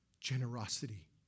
generosity